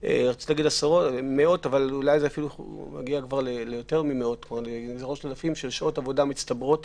מאות ואולי גם אלפי שעות עבודה מצטברות